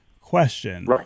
question